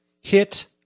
hit